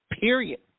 period